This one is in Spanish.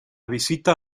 visita